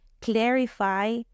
clarify